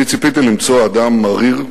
אני ציפיתי למצוא אדם מריר,